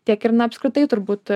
tiek ir na apskritai turbūt